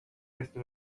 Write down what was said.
este